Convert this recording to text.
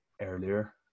earlier